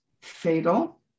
fatal